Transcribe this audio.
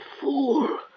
fool